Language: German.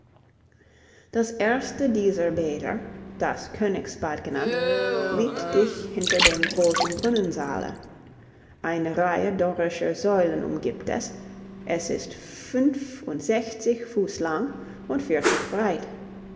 das erste dieser bäder das königsbad genannt liegt dicht hinter dem großen brunnensaale eine reihe dorischer säulen umgibt es es ist fünfundsechzig fuß lang und vierzig breit